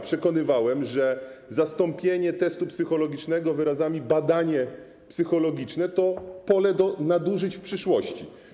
Przekonywałem, że zastąpienie wyrazów: test psychologiczny wyrazami: badanie psychologiczne stwarza pole do nadużyć w przyszłości.